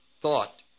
thought